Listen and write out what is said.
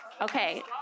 Okay